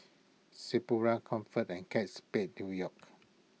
Sephora Comfort and Kate Spade New York